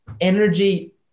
energy